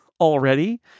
already